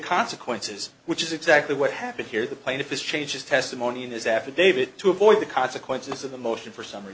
consequences which is exactly what happened here the plaintiff is change his testimony in his affidavit to avoid the consequences of the motion for summ